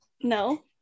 no